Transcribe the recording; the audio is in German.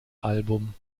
album